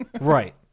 Right